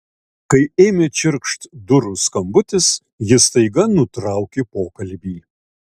kai ėmė čirkšt durų skambutis ji staiga nutraukė pokalbį